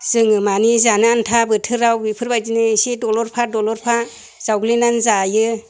जोङो माने जानो आन्था बोथोराव बेफोरबायदिनो इसे दलरफा दलरफा जावग्लिनानै जायो